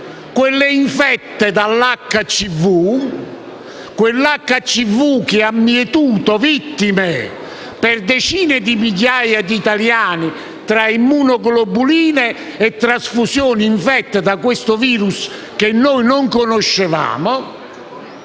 quelle infette dall'HCV; quell'HCV che ha mietuto vittime, decine di migliaia di italiani, tra immunoglobuline e trasfusioni infette da questo virus che noi non conoscevamo,